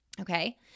okay